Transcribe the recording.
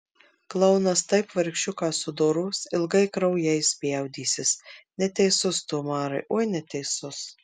klounas taip vargšiuką sudoros ilgai kraujais spjaudysis neteisus tu umarai oi neteisus